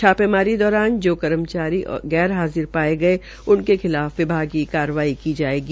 छापेमारी दौरान जो कर्मचारी गैर हाजिर पाये गये उनके खिलाफ विभागीय कार्रवाई की जायेगी